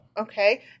Okay